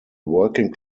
working